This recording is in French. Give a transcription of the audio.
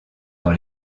dans